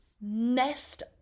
messed